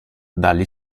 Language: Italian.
dagli